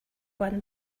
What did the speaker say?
one